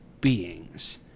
beings